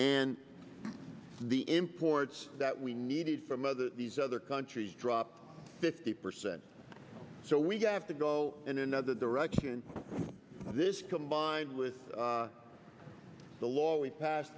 and the imports that we needed from other these other countries dropped fifty percent so we have to go in another direction this combined with the law we pas